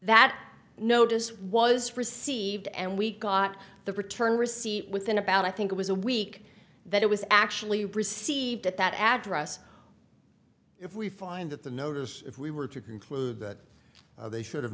that notice was received and we got the return receipt within about i think it was a week that it was actually received at that address if we find that the notice if we were to conclude that they should